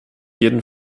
jeden